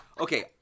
Okay